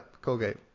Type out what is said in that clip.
Colgate